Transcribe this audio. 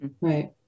Right